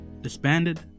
disbanded